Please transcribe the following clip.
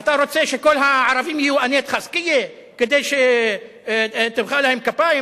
אתה רוצה שכל הערבים יהיו אנט חאסכייה כדי שתמחא להם כפיים?